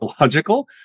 logical